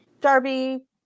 Darby